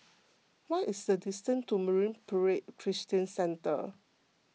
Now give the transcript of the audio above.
what is the distance to Marine Parade Christian Centre